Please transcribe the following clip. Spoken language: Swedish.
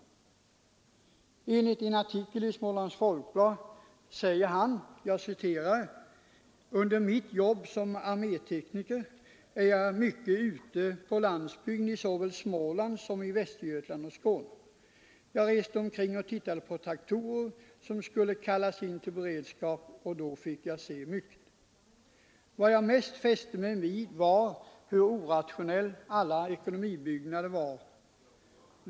I en artikel i Smålands Folkblad kan man läsa följande: ”Under mitt jobb som armétekniker var jag mycket ute på landsbygden i såväl Småland som i Västergötland och Skåne. Jag reste omkring och tittade på traktorer som skulle kallas in till beredskap, och då fick jag se mycket. Vad jag mest fäste mig för var hur orationella alla ekonomibyggnader var, säger Arne Skär.